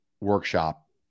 workshop